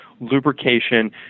lubrication